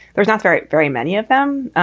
there's not very very many of them.